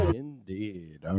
indeed